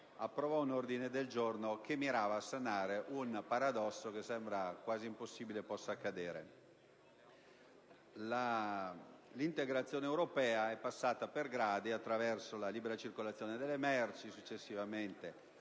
approvò un ordine del giorno che mirava a sanare un paradosso che sembrava quasi impossibile potesse accadere. L'integrazione europea è passata per gradi, attraverso la libera circolazione delle merci, successivamente